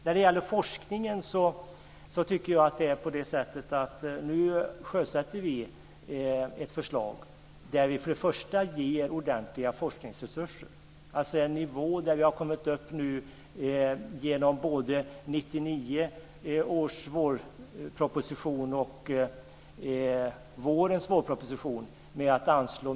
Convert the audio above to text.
När det gäller forskningen sjösätter vi nu ett förslag där vi ger ordentliga forskningsresurser. Vi har i både 1999 års vårproposition och i vårens proposition anslagit medel.